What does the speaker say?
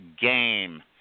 game